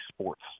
Sports